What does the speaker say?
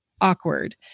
awkward